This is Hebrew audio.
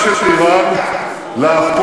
מה עשית?